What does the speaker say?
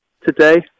today